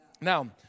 Now